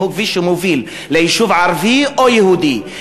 אם הוא כביש שמוביל ליישוב ערבי או ליישוב יהודי.